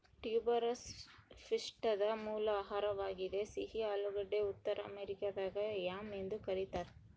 tuberous ಪಿಷ್ಟದ ಮೂಲ ಆಹಾರವಾಗಿದೆ ಸಿಹಿ ಆಲೂಗಡ್ಡೆ ಉತ್ತರ ಅಮೆರಿಕಾದಾಗ ಯಾಮ್ ಎಂದು ಕರೀತಾರ